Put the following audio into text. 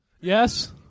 Yes